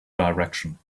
direction